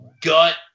gut